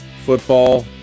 football